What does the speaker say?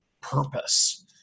purpose